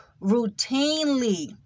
routinely